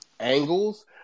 angles